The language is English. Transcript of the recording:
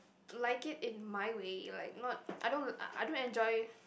like it in my way like not I don't I don't enjoy